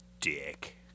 dick